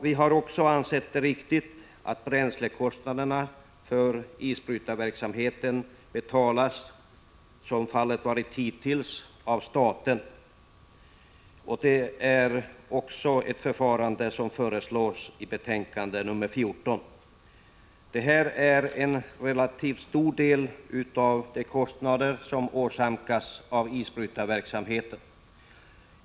Vi har också ansett att det är riktigt att bränslekostnaderna för isbrytarverksamheten betalas av staten, som fallet varit hittills. Detta förfarande föreslås i betänkande nr 14. Det är här fråga om en relativt stor del av de kostnader som åsamkas av isbrytarverksamheten.